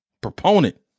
proponent